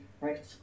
right